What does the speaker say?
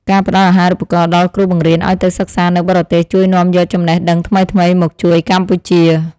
ការផ្តល់អាហារូបករណ៍ដល់គ្រូបង្រៀនឱ្យទៅសិក្សានៅបរទេសជួយនាំយកចំណេះដឹងថ្មីៗមកជួយកម្ពុជា។